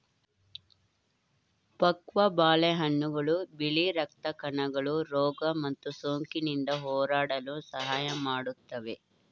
ಪಕ್ವ ಬಾಳೆಹಣ್ಣುಗಳು ಬಿಳಿ ರಕ್ತ ಕಣಗಳು ರೋಗ ಮತ್ತು ಸೋಂಕಿನಿಂದ ಹೋರಾಡಲು ಸಹಾಯ ಮಾಡುತ್ವೆ